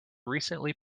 recently